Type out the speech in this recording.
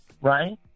Right